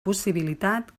possibilitat